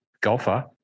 golfer